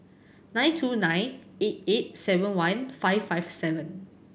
nine two nine eight eight seven one five five seven